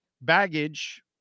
baggage